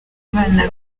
abana